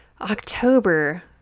October